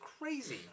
crazy